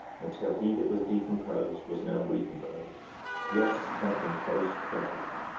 until he that was decomposed was now recomposed yes, and composed perfectly.